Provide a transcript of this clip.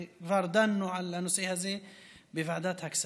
וכבר דנו על הנושא הזה בוועדת הכספים.